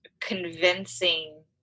convincing